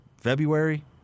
February